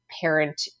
parent